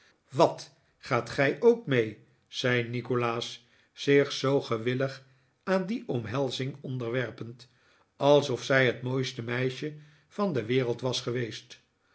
wat gaat gij ook mee zei nikolaas zich zoo gewillig aan die omhelzing onderwerpend alsof zij het mooiste meisje van de wereld was geweest